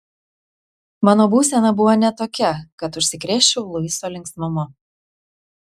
mano būsena buvo ne tokia kad užsikrėsčiau luiso linksmumu